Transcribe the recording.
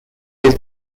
his